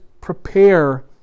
prepare